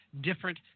different